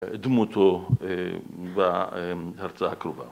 ‫דמותו בהרצאה הקרובה.